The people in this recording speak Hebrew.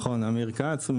נכון, עמיר כץ.